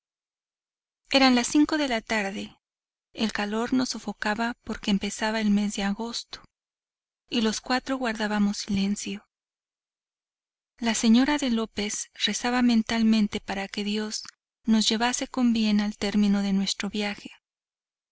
eran las cinco de la tarde el calor nos sofocaba porque empezaba el mes de agosto y los cuatro guardábamos silencio la señora de lópez rezaba mentalmente para que dios nos llevase con bien al término de nuestro viaje